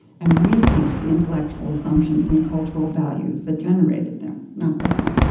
and rethink the intellectual assumptions and cultural values that generated them. not bad.